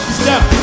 step